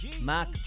Mac